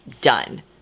done